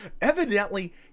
evidently